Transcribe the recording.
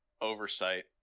oversight